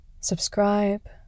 subscribe